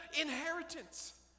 inheritance